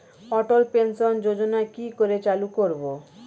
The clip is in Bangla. অটল পেনশন যোজনার কি করে চালু করব?